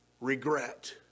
regret